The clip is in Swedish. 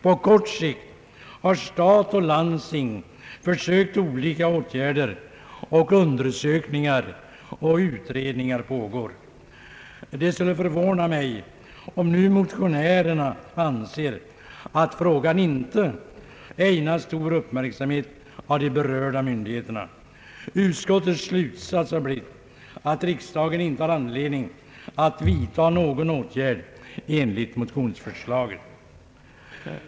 På kort sikt har stat och landsting försökt olika åtgärder. Undersökningar och utredningar pågår. Det skulle förvåna mig om motionärerna nu anser att frågan inte ägnas stor uppmärksamhet av de berörda myndigheterna. Utskottets slutsats har blivit att riksdagen inte har anledning att vidta någon åtgärd i enlighet med motionsförslaget.